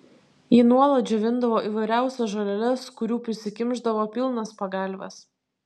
ji nuolat džiovindavo įvairiausias žoleles kurių prisikimšdavo pilnas pagalves